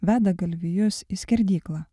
veda galvijus į skerdyklą